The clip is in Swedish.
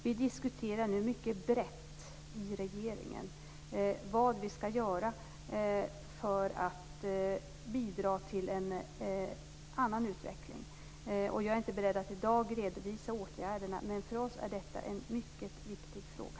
Vi diskuterar nu mycket brett i regeringen vad vi skall göra för att bidra till en annan utveckling. Jag är inte beredd att i dag redovisa åtgärderna, men jag kan säga att detta för oss är en mycket viktig fråga.